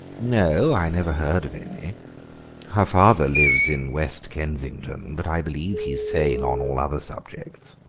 no, i never heard of any. her father lives in west kensington, but i believe he's sane on all other subjects.